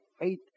faith